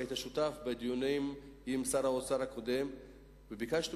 היית שותף לדיונים עם שר האוצר הקודם וביקשנו